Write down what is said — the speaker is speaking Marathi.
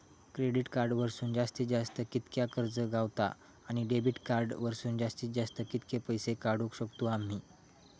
क्रेडिट कार्ड वरसून जास्तीत जास्त कितक्या कर्ज गावता, आणि डेबिट कार्ड वरसून जास्तीत जास्त कितके पैसे काढुक शकतू आम्ही?